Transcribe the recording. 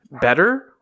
better